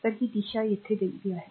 तर ही दिशा येथे दिली आहे